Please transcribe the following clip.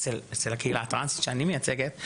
אצל הקהילה הטרנסית שאני מייצגת,